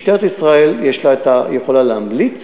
משטרת ישראל יכולה להמליץ,